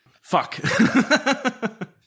Fuck